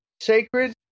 sacred